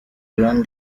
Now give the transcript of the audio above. rwanda